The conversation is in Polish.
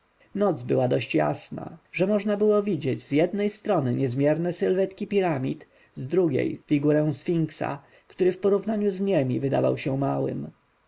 noc była dość jasna że można było widzieć z jednej strony niezmierne sylwetki piramid z drugiej figurę sfinksa który w porównaniu z niemi wydawał się małym